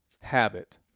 habit